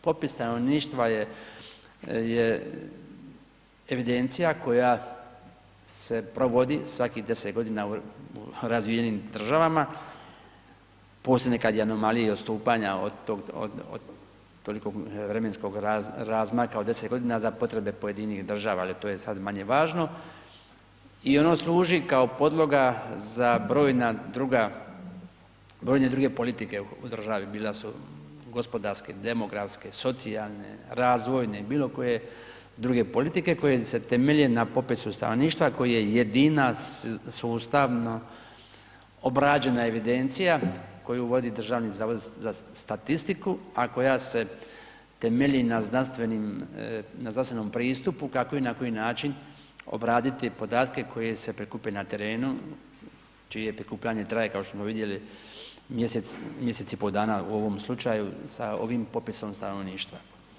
Popis stanovništva je, je evidencija koja se provodi svakih 10.g. u razvijenim državama, posebno kad je anomalije i odstupanja od tog, od, od tolikog vremenskoga razmaka od 10.g. za potrebe pojedinih država, ali to je sad manje važno i ono služi kao podloga za brojna druga, brojne druge politike u državi, bila su gospodarski, demografske, socijalne, razvojne, bilo koje druge politike koje se temelje na popisu stanovništva koji je jedina sustavno obrađena evidencija koju vodi Državni zavod za statistiku, a koja se temelji na znanstvenim, na znanstvenom pristupu, kako i na koji način obraditi podatke koje se prikupe na terenu, čije prikupljanje traje kao što smo vidjeli mjesec, mjesec i po dana u ovom slučaju sa ovim popisom stanovništva.